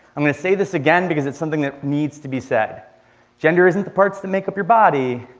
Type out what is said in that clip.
i'm going to say this again, because it's something that needs to be said gender isn't the parts that make up your body,